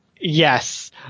yes